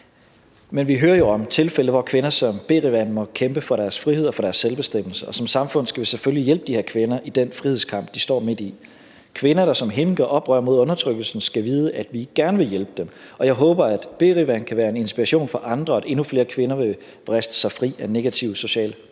Men vi hører jo om tilfælde, hvor kvinder som Berivan må kæmpe for deres frihed og for deres selvbestemmelse. Og som samfund skal vi selvfølgelig hjælpe de her kvinder i den frihedskamp, de står midt i. Kvinder, der som hende gør oprør mod undertrykkelsen, skal vide, at vi gerne vil hjælpe dem, og jeg håber, at Berivan kan være en inspiration for andre, og at endnu flere kvinder vil vriste sig fri af den negative sociale kontrol.